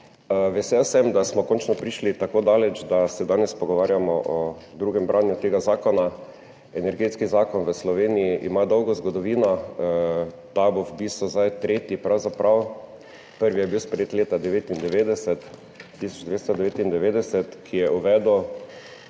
Vesel sem, da smo končno prišli tako daleč, da se danes pogovarjamo o drugem branju tega zakona. Energetski zakon v Sloveniji ima dolgo zgodovino, ta bo v bistvu zdaj tretji, pravzaprav. Prvi je bil sprejet leta 1999, uvedel